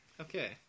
okay